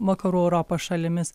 vakarų europos šalimis